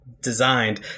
designed